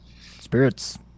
spirits